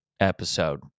Episode